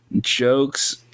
jokes